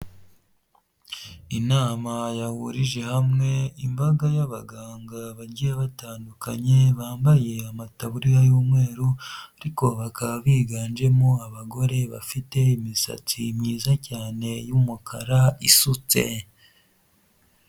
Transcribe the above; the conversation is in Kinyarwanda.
Inama yahurije hamwe imbaga y'abaganga bagiye batandukanye bambaye amataburiya y'umweru ariko bakaba biganjemo abagore bafite imisatsi myiza cyane y'umukara isutse.